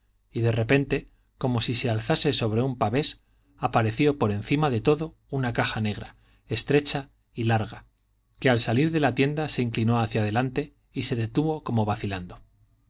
y de repente como si se alzase sobre un pavés apareció por encima de todo una caja negra estrecha y larga que al salir de la tienda se inclinó hacia adelante y se detuvo como vacilando